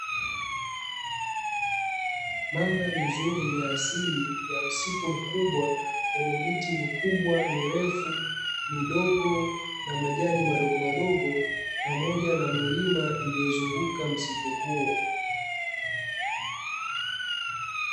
Mandhari nzuri ya asili ya msitu mkubwa, wenye miti mikubwa mirefu, midogo na majani madogomadogo pamoja na milima iliyozunguka msitu huo.